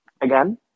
again